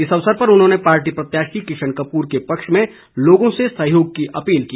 इस अवसर पर उन्होंने पार्टी प्रत्याशी किशन कपूर के पक्ष में लोगों से सहयोग की अपील की